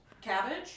cabbage